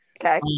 Okay